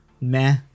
meh